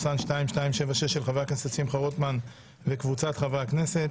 של חבר הכנסת שמחה רוטמן וקבוצת חברי כנסת.